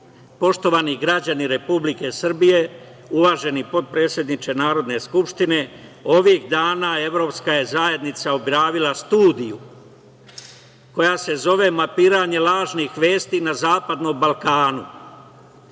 države. Poštovani građani Republike Srbije, uvaženi potpredsedniče Narodne skupštine, ovih dana evropska je zajednica objavila studiju koja se zove "Mapiranje lažnih vesti na zapadnom Balkanu",